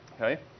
okay